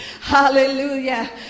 Hallelujah